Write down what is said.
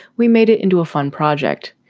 we made it into a fun project.